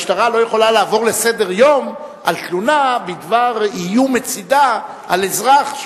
המשטרה לא יכולה לעבור לסדר-היום על תלונה בדבר איום מצדה על אזרח,